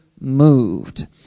moved